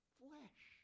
flesh